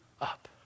up